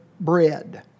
bread